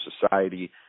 society